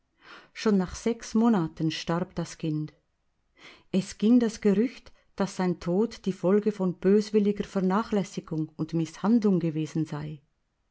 schon nach sechs monaten starb das kind es ging das gerücht daß sein tod die folge von böswilliger vernachlässigung und mißhandlung gewesen sei